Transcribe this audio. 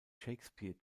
shakespeare